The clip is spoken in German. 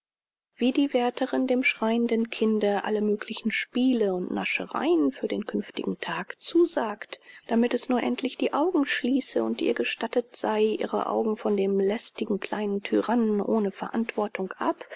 wie die wärterin dem schreienden kinde alle möglichen spiele und näschereien für den künftigen tag zusagt damit es nur endlich die augen schließe und ihr gestattet sei ihre augen von dem lästigen kleinen tyrannen ohne verantwortlichkeit ab